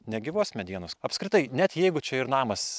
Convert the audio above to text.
negyvos medienos apskritai net jeigu čia ir namas